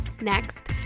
Next